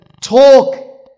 talk